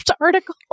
article